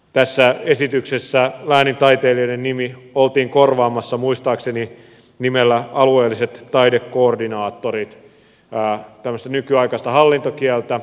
tässä esityksessä läänintaiteilija nimi oltiin korvaamassa muistaakseni nimellä alueellinen taidekoordinaattori tämmöistä nykyaikaista hallintokieltä